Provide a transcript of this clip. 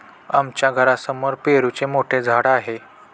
आमच्या घरासमोर पेरूचे मोठे झाड आहे